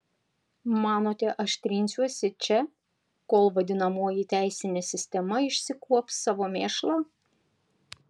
manote aš trinsiuosi čia kol vadinamoji teisinė sistema išsikuops savo mėšlą